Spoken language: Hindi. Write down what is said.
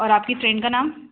और आपकी फ्रेंड का नाम